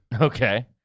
Okay